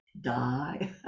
die